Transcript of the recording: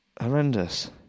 horrendous